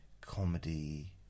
comedy